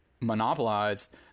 monopolized